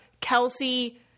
Kelsey